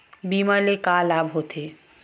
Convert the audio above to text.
बीमा ले का लाभ होथे?